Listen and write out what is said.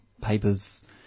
Papers